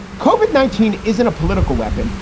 covid nineteen isn't a political weapon.